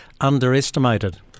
underestimated